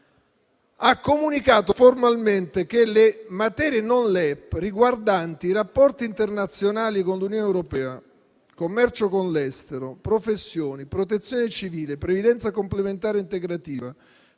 ha comunicato formalmente che le materie non LEP riguardanti rapporti internazionali con l'Unione europea, commercio con l'estero, professioni, protezione civile, previdenza complementare integrativa,